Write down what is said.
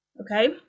Okay